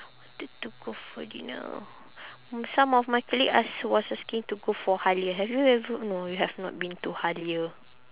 wanted to go for dinner mm some of my colleague ask was asking to go for Halia have you ever no you have not been to Halia